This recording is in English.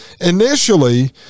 initially